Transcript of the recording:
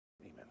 Amen